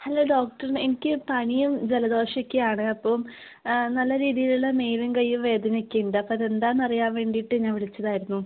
hello doctor എനിക്ക് പനിയും ജലദോഷമൊക്കെയാണ് അപ്പം നല്ല രീതിയിലുള്ള മേലും കയ്യും വേദനയൊക്കെ ഉണ്ട് അപ്പം അതെന്താണെന്നറിയാൻ വേണ്ടിയിട്ട് ഞാൻ വിളിച്ചതായിരുന്നു